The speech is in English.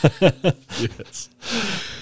Yes